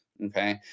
Okay